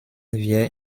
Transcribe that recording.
wir